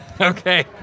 Okay